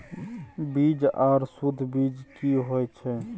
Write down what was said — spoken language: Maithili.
बीज आर सुध बीज की होय छै?